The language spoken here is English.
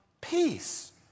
peace